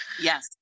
Yes